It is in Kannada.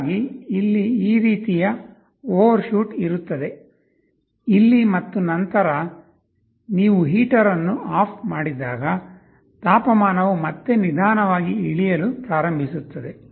ಹೀಗಾಗಿ ಇಲ್ಲಿ ಈ ರೀತಿಯ ಓವರ್ಶೂಟ್ ಇರುತ್ತದೆ ಇಲ್ಲಿ ಮತ್ತು ನಂತರ ನೀವು ಹೀಟರ್ ಅನ್ನು ಆಫ್ ಮಾಡಿದಾಗ ತಾಪಮಾನವು ಮತ್ತೆ ನಿಧಾನವಾಗಿ ಇಳಿಯಲು ಪ್ರಾರಂಭಿಸುತ್ತದೆ